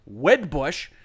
Wedbush